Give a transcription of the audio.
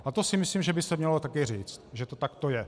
A to si myslím, že by se mělo také říct, že to takto je.